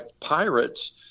pirates